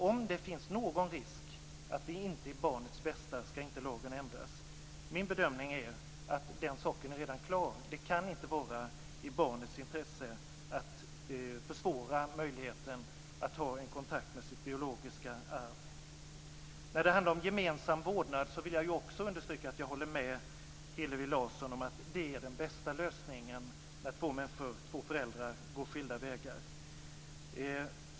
Om det finns någon risk för att det inte är bra för barnet ska lagen inte ändras. Min bedömning är att den saken redan är klar. Det kan inte ligga i barnets intresse att man försvårar möjligheten för barnet att ha en kontakt med sitt biologiska arv. Vad gäller gemensam vårdnad vill jag också understryka att jag håller med Hillevi Larsson om att det är den bästa lösningen när två föräldrar går skilda vägar.